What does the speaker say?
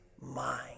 mind